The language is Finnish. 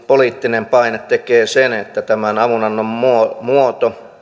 poliittinen paine tekee sen että tämän avunannon muoto muoto